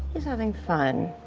he's having fun.